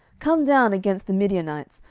come down against the midianites,